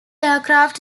aircraft